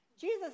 Jesus